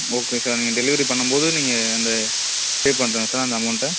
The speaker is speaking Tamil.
ஓகே சார் நீங்கள் டெலிவரி பண்ணும்போது நீங்கள் அந்த பே பண்ணிவிடுங்க சார் அந்த அமௌண்ட்டை